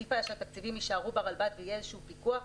עדיף היה שהתקציבים יישארו ברלב"ד ויהיה איזשהו פיקוח.